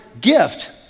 gift